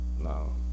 no